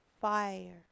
fire